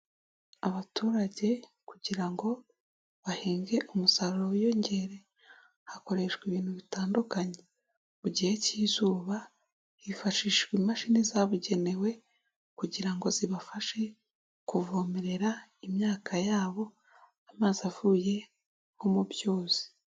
Abaturage kugira ngo bahege umusaruro wiyongere hakoreshwa ibintu bitandukanye mu gihe k'izuba hifashishijwe imashini zabugenewe kugira ngo zibafashe kuvomerera imyaka yabo amazi avuye mu byuzi.